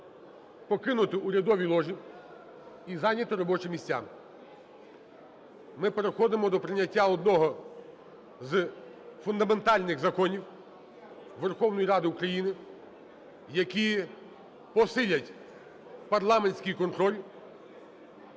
Покинути урядові ложі і зайняти робочі місця. Ми переходимо до прийняття одного з фундаментальних законів Верховної Ради України, які посилять парламентський контроль